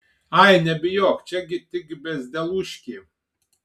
ai nebijok čia gi tik bezdelūškė